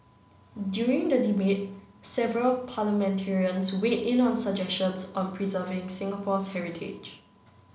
during the debate several parliamentarians weighed in on suggestions on preserving Singapore's heritage